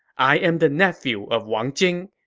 i am the nephew of wang jing.